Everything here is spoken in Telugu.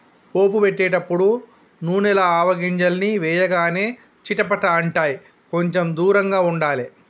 పోపు పెట్టేటపుడు నూనెల ఆవగింజల్ని వేయగానే చిటపట అంటాయ్, కొంచెం దూరంగా ఉండాలే